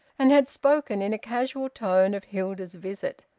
and had spoken in a casual tone of hilda's visit.